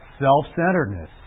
self-centeredness